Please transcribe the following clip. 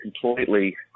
completely